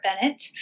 bennett